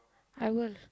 I will